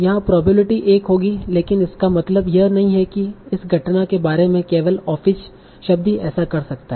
यहाँ प्रोबेबिलिटी एक होगी लेकिन इसका मतलब यह नहीं है कि इस घटना के बारे में केवल ऑफिस शब्द ही ऐसा कर सकता है